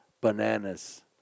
bananas